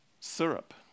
Syrup